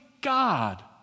God